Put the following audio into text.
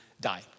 die